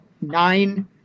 nine